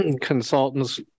Consultants